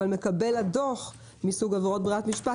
אבל מקבל הדוח מסוג עבירות ברירת משפט